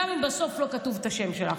גם אם בסוף לא כתוב השם שלך.